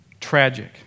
Tragic